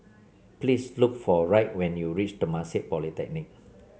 please look for Wright when you reach Temasek Polytechnic